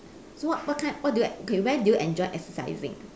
so what what kind what do okay where do you enjoy exercising